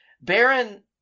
baron